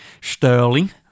sterling